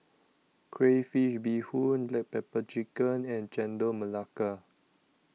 Crayfish Beehoon Black Pepper Chicken and Chendol Melaka